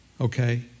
Okay